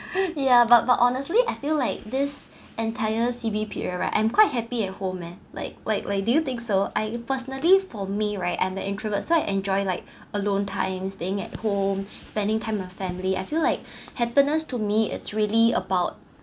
ya but but honestly I feel like this entire C_B period right I'm quite happy at home eh like like do you think so I personally for me right I'm the introvert so I enjoy like alone time staying at home spending time my family I feel like happiness to me it's really about